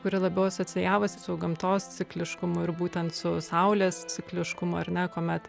kuri labiau asocijavosi su gamtos cikliškumu ir būtent su saulės cikliškumu ar ne kuomet